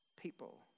people